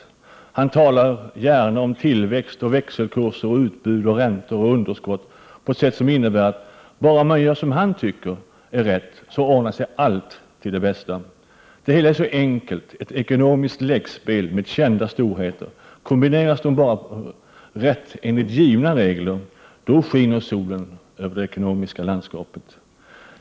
Lars Tobisson talar gärna om tillväxt, växelkurser, utbud, räntor och underskott på ett sätt som innebär att bara man gör som han tycker är rätt så ordnar sig allt till det bästa. Det hela är så enkelt — ett ekonomiskt läggspel med kända storheter. Kombineras dessa bara rätt enligt givna regler, skiner solen över det ekonomiska landskapet.